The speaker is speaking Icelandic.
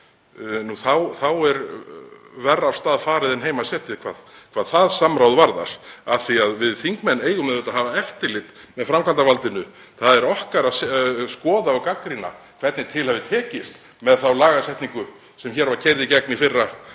á. Þá er verr af stað farið en heima setið hvað það samráð varðar. Við þingmenn eigum auðvitað að hafa eftirlit með framkvæmdarvaldinu. Það er okkar að skoða og gagnrýna hvernig til hefur tekist með þá lagasetningu sem hér var keyrð í gegn í fyrra til